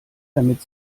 damit